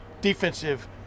defensive